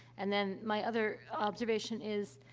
and then, my other observation is,